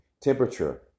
Temperature